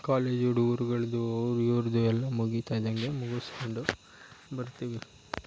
college ಹುಡುಗರ್ಗಳದ್ದು ಇವ್ರದ್ದು ಎಲ್ಲ ಮುಗೀತಾ ಇದ್ದಂತೆ ಮುಗಿಸ್ಕೊಂಡು ಬರ್ತೀವಿ